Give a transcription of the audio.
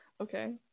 okay